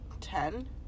ten